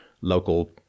local